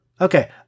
Okay